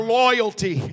loyalty